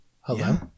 Hello